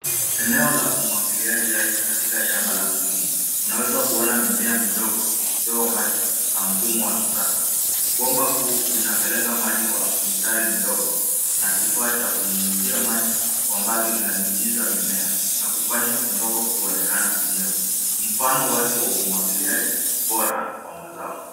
Eneo la umwagiliaji hai katika shamba la kilimo. Unaweza kuona mimea midogo ikipewa maji na mfumo wa kisasa. Bomba kuu linapeleka maji kwa mistari midogo na kifaa cha kunyunyizia maji kwa mbali kinanyunyiza mimea na kufanya udongo kuonekana unyevu. Mfano wazi wa umwagiliaji bora wa mazao.